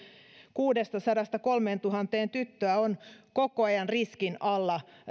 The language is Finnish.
kuudestasadasta kolmeenkymmeneentuhanteen tyttöä on koko ajan riskin alla